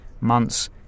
months